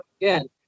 again